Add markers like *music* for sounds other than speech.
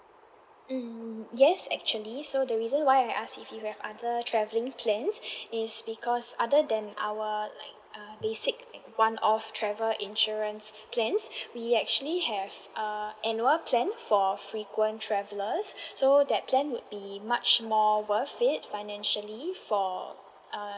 mm yes actually so the reason why I asked if you have other travelling plans *breath* is because other than our like uh basic one off travel insurance plans we actually have uh annual plan for frequent travellers *breath* so that plan would be much more worth it financially for uh